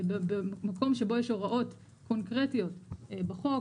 במקום שבו יש הוראות קונקרטיות בחוק,